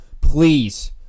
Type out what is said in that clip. Please